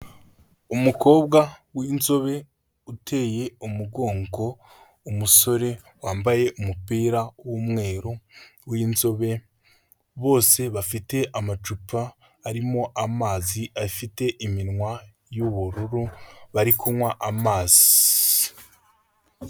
Umukobwa w'inzobe uteye umugongo umusore wambaye umupira w'umweru w'inzobe, bose bafite amacupa arimo amazi afite iminwa y'ubururu, bari kunywa amazi.